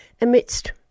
amidst